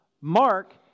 Mark